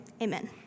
Amen